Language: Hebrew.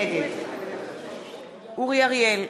נגד אורי אריאל,